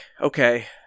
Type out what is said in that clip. okay